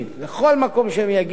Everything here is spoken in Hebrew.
לכל מקום שהם יגיעו